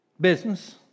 business